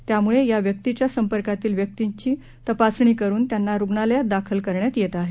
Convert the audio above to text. त्यामुळे या व्यक्तीच्या संपर्कातील व्यक्तींची तपासणी करून त्यांना रुग्णालयात दाखल करण्यात येत आहे